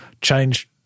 change